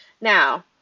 Now